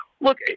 Look